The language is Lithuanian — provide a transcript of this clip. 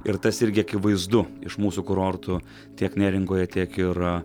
ir tas irgi akivaizdu iš mūsų kurortų tiek neringoje tiek ir